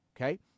okay